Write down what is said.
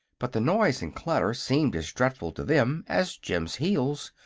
but the noise and clatter seemed as dreadful to them as jim's heels,